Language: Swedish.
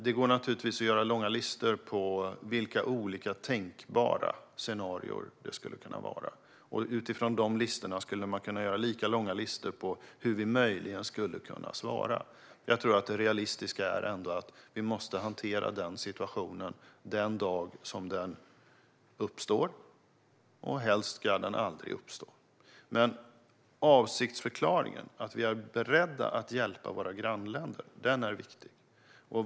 Det går naturligtvis att göra långa listor på olika tänkbara scenarier, och utifrån de listorna kan vi göra lika långa listor på hur vi möjligen skulle kunna svara. Jag tror att det realistiska är att vi måste hantera den situationen den dag den uppstår - och helst ska den aldrig uppstå. Avsiktsförklaringen att vi är beredda att hjälpa våra grannländer är viktig.